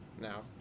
now